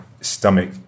stomach